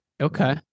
okay